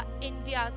India's